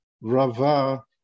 Rava